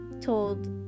told